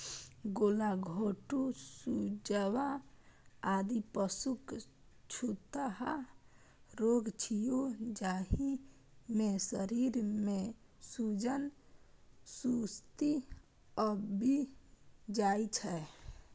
गलाघोटूं, सुजवा, आदि पशुक छूतहा रोग छियै, जाहि मे शरीर मे सूजन, सुस्ती आबि जाइ छै